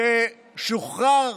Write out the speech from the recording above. ששוחרר